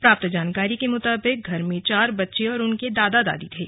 प्राप्त जानकारी के मुताबिक घर में चार बच्चे और उनके दादा दादी थे